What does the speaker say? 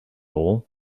all